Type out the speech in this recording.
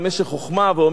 ואומר: מה זאת אומרת?